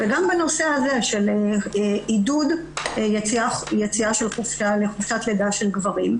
וגם בנושא הזה של עידוד ליציאה לחופשת לידה של גברים,